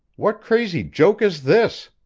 what crazy joke is this?